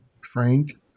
frank